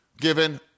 given